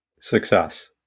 success